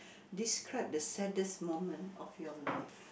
describe the saddest moment of your life